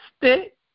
Stick